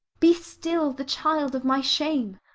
be still the child of my shame!